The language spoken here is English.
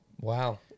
Wow